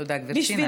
תודה, גברתי.